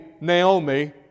Naomi